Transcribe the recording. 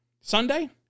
Sunday